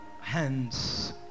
hands